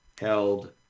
held